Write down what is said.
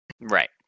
Right